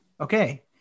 okay